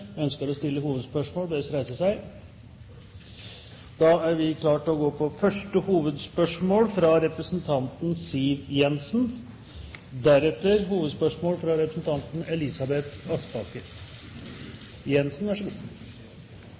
ønsker å stille hovedspørsmål, bes om å reise seg. Vi starter da med første hovedspørsmål, fra representanten Siv Jensen.